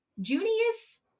Junius